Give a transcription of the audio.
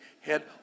head